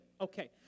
Okay